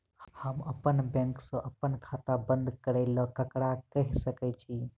हम अप्पन बैंक सऽ अप्पन खाता बंद करै ला ककरा केह सकाई छी?